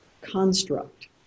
construct